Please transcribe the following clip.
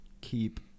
keep